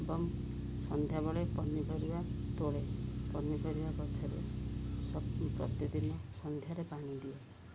ଏବଂ ସନ୍ଧ୍ୟାବେଳେ ପନିପରିବା ତୋଳେ ପନିପରିବା ଗଛରେ ପ୍ରତିଦିନ ସନ୍ଧ୍ୟାରେ ପାଣି ଦିଏ